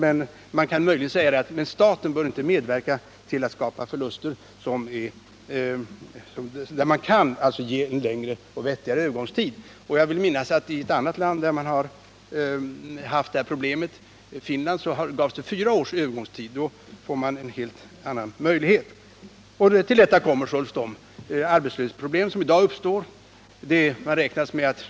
Men man kan möjligen säga att staten inte bör medverka till att skapa förluster när man kan medge en längre övergångstid. I ett annat land, där man haft detta problem — Finland — hade man fyra års övergångstid. Då får man en helt annan möjlighet. Till detta kommer de arbetslöshetsproblem som kommer att uppstå.